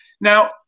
Now